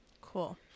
Cool